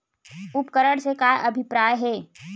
उपकरण से का अभिप्राय हे?